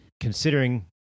considering